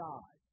God